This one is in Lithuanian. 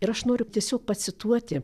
ir aš noriu tiesiog pacituoti